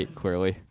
clearly